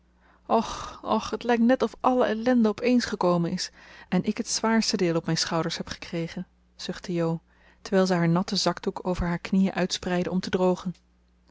och och het lijkt net of alle ellende op eens gekomen is en ik het zwaarste deel op mijn schouders heb gekregen zuchtte jo terwijl zij haar natten zakdoek over haar knieën uitspreidde om te drogen